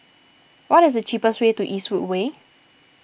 what is the cheapest way to Eastwood Way